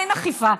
אין אכיפה.